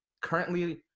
currently